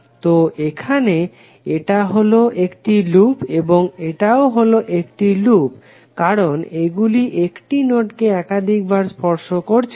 তো এখানে এটা হলো একটি লুপ এবং এটাও হলো একটি লুপ কারণ এগুলি একটি নোডকে একাধিক বার স্পর্শ করছে না